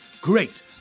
Great